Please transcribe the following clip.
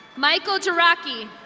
michael jeraki.